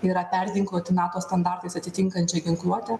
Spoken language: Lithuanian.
yra perginkluoti nato standartais atitinkančią ginkluote